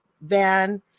van